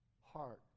heart